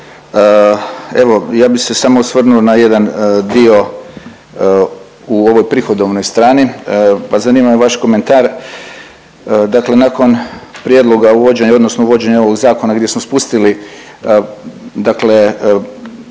Evo ja bih se samo osvrnuo na jedan dio u ovoj prihodovnoj strani. Pa zanima me vaš komentar. Dakle, nakon prijedloga uvođenja, odnosno uvođenja ovog zakona gdje smo spustili, dakle